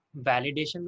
validation